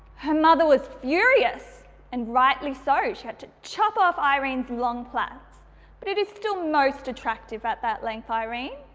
her mother was furious and rightly so, she had to chop off irene's long plaits but it is still most attractive at that length irene.